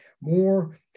more